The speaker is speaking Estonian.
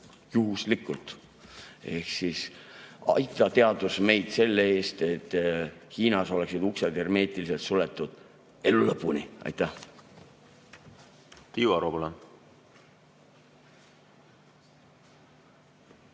Juhuslikult. Ehk siis aita, teadus, meid selle eest, et Hiinas oleksid uksed hermeetiliselt suletud elu lõpuni. Aitäh!